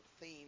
theme